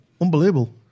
Unbelievable